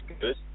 good